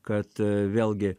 kad vėlgi